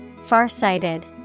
Farsighted